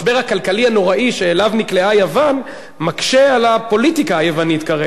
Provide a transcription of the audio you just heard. המשבר הכלכלי הנוראי שאליו נקלעה יוון מקשה על הפוליטיקה היוונית כרגע,